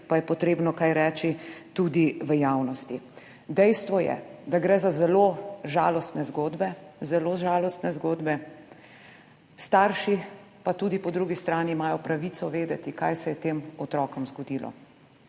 pa je treba kaj reči tudi v javnosti. Dejstvo je, da gre za zelo žalostne zgodbe, starši pa imajo tudi po drugi strani pravico vedeti, kaj se je tem otrokom zgodilo.